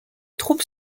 troupes